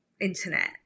internet